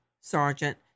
Sergeant